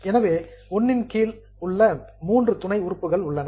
எனவே என் 1 இன் கீழ் மூன்று துணை உறுப்புகள் உள்ளன